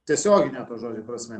tiesiogine to žodžio prasme